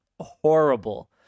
horrible